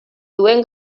duen